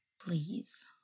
Please